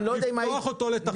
לפתוח אותו לתחרות,